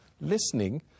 listening